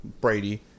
Brady